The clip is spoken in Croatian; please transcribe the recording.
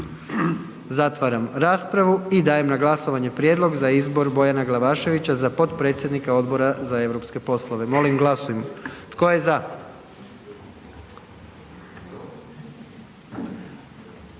Zatvaram raspravu i dajem na glasovanje Prijedlog za izbor Bojana Glavaševića za potpredsjednika Odbora za europske poslove. Molim glasujmo. Tko je za?